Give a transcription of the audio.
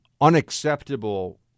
unacceptable